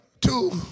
two